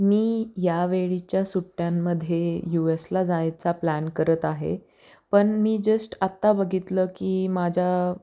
मी यावेळीच्या सुट्ट्यांमध्ये यू एसला जायचा प्लॅन करत आहे पण मी जस्ट आत्ता बघितलं की माझा